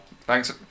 thanks